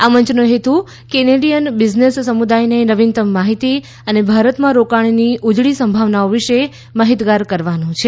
આ મંયનો હેતું કેનેડીયન બિઝનેસ સમુદાયને નવીનતમ માહિતી અને ભારતમાં રોકાણની ઉજળી સંભાવના વિશે માહિતગાર કરવાનો છે